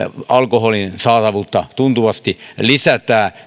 alkoholin saatavuutta tuntuvasti lisätään